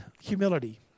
Humility